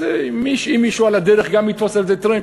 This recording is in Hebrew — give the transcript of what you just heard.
אז אם מישהו על הדרך גם יתפוס על זה טרמפ,